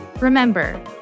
Remember